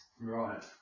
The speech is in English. Right